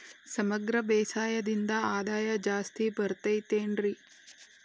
ಸಮಗ್ರ ಬೇಸಾಯದಿಂದ ಆದಾಯ ಜಾಸ್ತಿ ಬರತೈತೇನ್ರಿ?